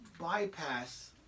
bypass